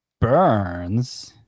Burns